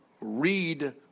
read